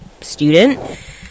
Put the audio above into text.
student